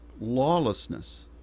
lawlessness